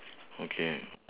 okay